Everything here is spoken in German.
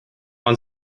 man